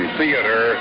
theater